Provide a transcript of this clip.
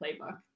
playbook